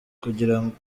kugirango